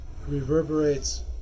reverberates